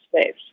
space